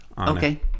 Okay